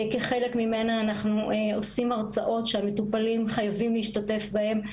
כחלק ממנה אנחנו עורכים הרצאות שהמטופלים חייבים להשתתף בהן.